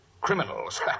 Criminals